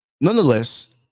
Nonetheless